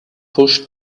pushed